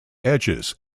edges